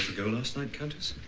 night countess?